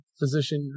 physician